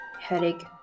headache